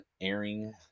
airing